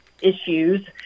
issues